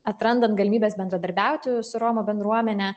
atrandant galimybes bendradarbiauti su romų bendruomene